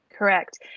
Correct